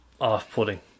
off-putting